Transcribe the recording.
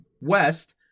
West